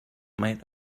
might